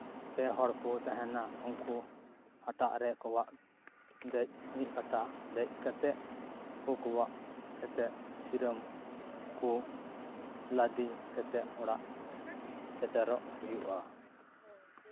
ᱯᱮ ᱦᱚᱲ ᱠᱚ ᱛᱟᱦᱮᱱᱟ ᱩᱱᱠᱩ ᱦᱟᱴᱟᱜ ᱨᱮ ᱠᱚᱵᱟᱜ ᱫᱮᱡ ᱢᱤᱫ ᱠᱟᱴᱟ ᱫᱮᱡ ᱠᱟᱛᱮᱫ ᱠᱚ ᱠᱚᱵᱟᱜ ᱠᱟᱛᱮᱫ ᱥᱤᱨᱟᱹᱢ ᱠᱚ ᱞᱟᱫᱮ ᱠᱟᱛᱮᱫ ᱚᱲᱟᱜ ᱥᱮᱴᱮᱨᱚᱜ ᱦᱩᱭᱩᱜᱼᱟ